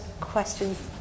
questions